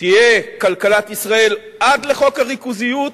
תהיה כלכלת ישראל עד לחוק הריכוזיות,